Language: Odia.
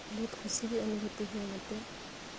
ବହୁତ ଖୁସି ବି ଅନୁଭୂତି ହୁଏ ମୋତେ